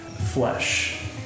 flesh